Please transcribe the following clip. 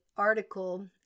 article